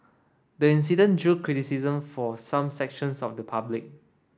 the incident drew criticism from some sections of the public